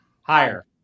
Higher